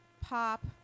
pop